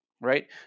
Right